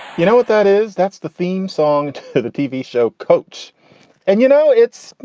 you know what that is? that's the theme song to the tv show coach and, you know, it's,